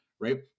right